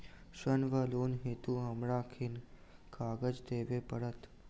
ऋण वा लोन हेतु हमरा केँ कागज देबै पड़त?